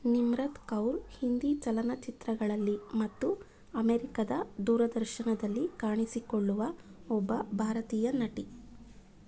ನಿಮ್ರತ್ ಕೌರ್ ಹಿಂದಿ ಚಲನಚಿತ್ರಗಳಲ್ಲಿ ಮತ್ತು ಅಮೆರಿಕದ ದೂರದರ್ಶನದಲ್ಲಿ ಕಾಣಿಸಿಕೊಳ್ಳುವ ಒಬ್ಬ ಭಾರತೀಯ ನಟಿ